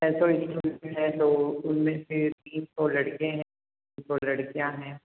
छः सौ स्टूडेंट्स हैं तो उनमें से तीन सौ लड़के हैं तीन सौ लड़कियाँ हैं